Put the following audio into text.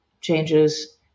changes